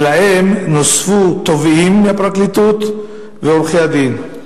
ונוספו להם תובעים מהפרקליטות ועורכי-דין.